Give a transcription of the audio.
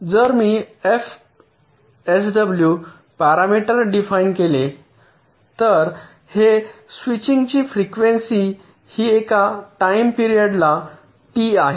जर मी एफएसडब्ल्यूचे पॅरामीटर डिफाइन केले तर हे स्विचिंगची फ्रिकवेंसी हि एका टाइम पिरियड ला टी आहे